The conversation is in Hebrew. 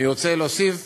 אני רוצה להוסיף